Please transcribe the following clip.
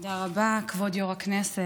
תודה רבה, כבוד יו"ר הכנסת.